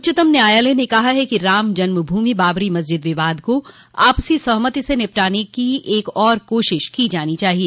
उच्चतम न्यायालय ने कहा है कि राम जन्मभूमि बाबरी मस्जिद विवाद को आपसी सहमति से निपटाने का एक और प्रयास किया जाना चाहिए